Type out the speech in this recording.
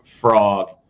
frog